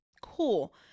cool